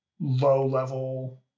low-level